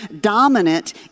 dominant